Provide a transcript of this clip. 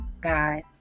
guys